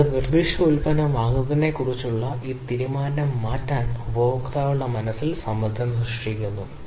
03 മൂല്യമുള്ള ഒരു ഷാഫ്റ്റ് വ്യാസത്തെക്കുറിച്ച് ഡിസൈൻ വശത്തിന്റെ അർത്ഥം ഷാഫ്റ്റിന് 0